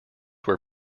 were